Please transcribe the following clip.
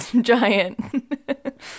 Giant